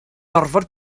gorfod